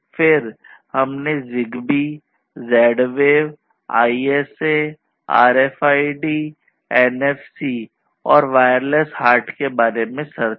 फिर हमने ZigBee Z wave ISA RFID NFC और वायरलेस Hart के बारे में चर्चा की